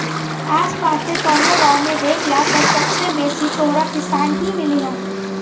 आस पास के कवनो गाँव में देखला पर सबसे बेसी तोहरा किसान ही मिलिहन